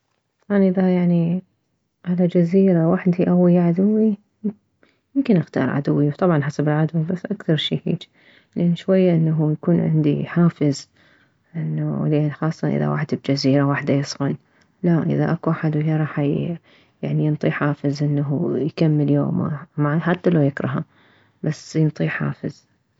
اني اذا يعني على جزيرة وحدي او ويه عدوي يمكن اختار عدوي طبعا على حسب العدو بس اكثر شي لان شوية انه يكون عندي حافز انه لان خاصة اذا بجزيرة وحده يصفن لا اذا اكو احد وياه راح ينطيه يعني ينطيه حافز انه يكمل يومه حتى لو يكرهه بس ينطيه حافز